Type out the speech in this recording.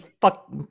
fuck